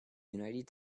united